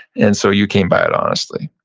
and so you came by it honestly.